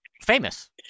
famous